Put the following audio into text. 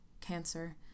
Cancer